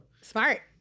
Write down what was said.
Smart